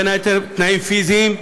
ובין היתר תנאים פיזיים,